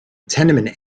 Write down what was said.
tenement